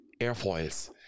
airfoils